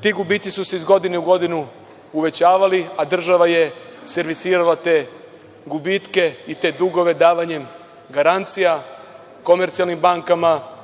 ti gubici su se iz godine u godinu uvećavali, a država je servisirala te gubitke i te dugove davanjem garancija, komercijalnim bankama,